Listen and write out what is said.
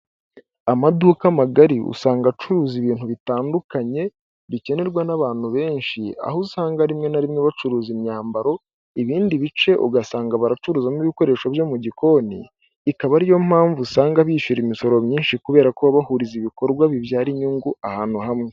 Amaduka magari usanga acuruza ibintu bitandukanye bikenerwa n'abantu benshi, aho usanga rimwe na rimwe bacuruza imyambaro, ibindi bice ugasanga baracuruzamo ibikoresho byo mu gikoni, ikaba ariyo mpamvu usanga bishyura imisoro myinshi kubera ko baba bahuriza ibikorwa bibyara inyungu ahantu hamwe.